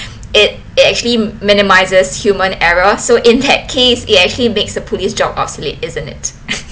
it it actually minimises human error so in that case you actually makes a police job obsolete isn't it